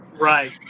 Right